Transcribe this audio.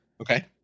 Okay